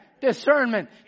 Discernment